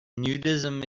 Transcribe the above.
nudism